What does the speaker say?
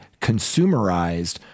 consumerized